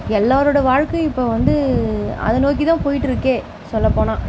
எல்லோரோட வாழ்க்கையும் இப்போ வந்து அதை நோக்கி தான் போய்ட்டு இருக்கே சொல்ல போனால்